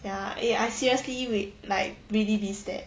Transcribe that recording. ya eh I seriously we like really miss there